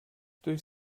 durch